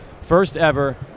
first-ever